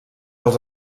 els